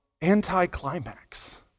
anti-climax